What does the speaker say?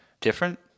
different